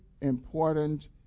important